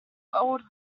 old